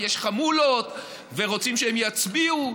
כי יש חמולות ורוצים שהם יצביעו,